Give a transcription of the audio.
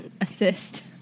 Assist